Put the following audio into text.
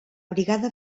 brigada